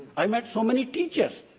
i met so many teachers,